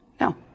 No